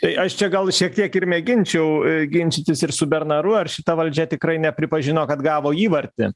tai aš čia gal šiek tiek ir mėginčiau ginčytis ir su bernaru ar šita valdžia tikrai nepripažino kad gavo įvartį